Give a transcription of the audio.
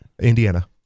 Indiana